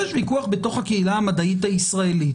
יש ויכוח בתוך הקהילה המדעית הישראלית